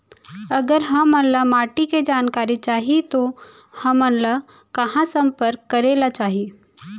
अगर हमन ला माटी के जानकारी चाही तो हमन ला कहाँ संपर्क करे ला चाही?